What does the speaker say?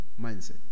mindset